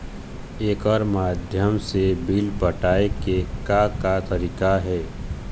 एकर माध्यम से बिल पटाए के का का तरीका हे?